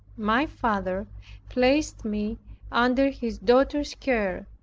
my father placed me under his daughter's care,